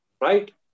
Right